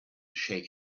shake